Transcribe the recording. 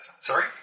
Sorry